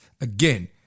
again